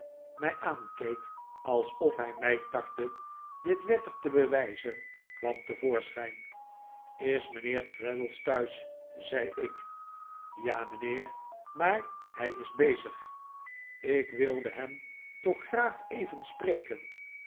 mij aankeek alsof hij mij tartte dit wettig te bewijzen kwam te voorschijn is mijnheer traddles thuis zei ik ja mijnheer maar hij is bezig ik wilde hem toch graag even spreken